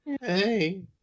Hey